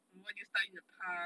what did you study in the past